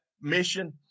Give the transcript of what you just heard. mission